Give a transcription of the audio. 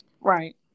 Right